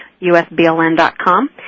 USBLN.com